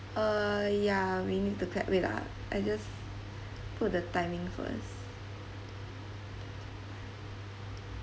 uh ya we need to clap wait ah I just put the timing first